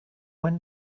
when